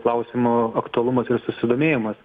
klausimo aktualumas ir susidomėjimas